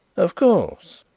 of course.